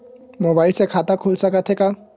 Mobile से खाता खुल सकथे का?